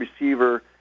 receiver